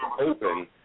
open